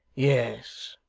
yes,